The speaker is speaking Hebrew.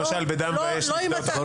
למשל: "בדם, באש נפדה את פלסטין".